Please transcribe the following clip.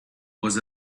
was